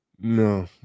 No